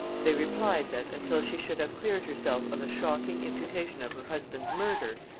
they replied, that, until she should have cleared herself of the shocking imputation of her husband's murder,